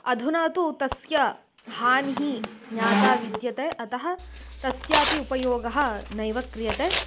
अधुना तु तस्य हानिः ज्ञाता विद्यते अतः तस्यापि उपयोगः नैव क्रियते